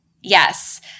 Yes